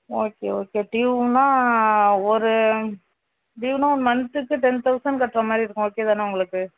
okay okay டியூன்னா ஒரு டியூன்னா மந்த்துக்கு டென் தௌசண்ட் கட்டுற மாதிரி இருக்கும் ஓகே தானே உங்களுக்கு